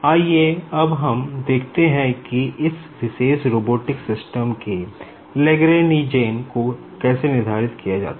आइये अब हम देखते हैं कि इस विशेष रोबोटिक सिस्टम के लेग्रैनिजेन को कैसे निर्धारित किया जाए